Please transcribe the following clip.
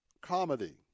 comedy